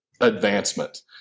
advancement